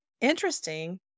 interesting